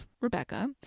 Rebecca